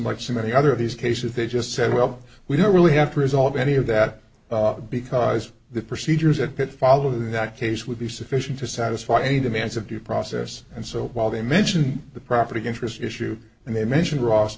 like so many other of these cases they just said well we don't really have to resolve any of that because the procedures that get follow through that case would be sufficient to satisfy any demands of due process and so while they mention the property interest issue and they mention ross